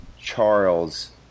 Charles